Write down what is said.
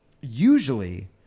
usually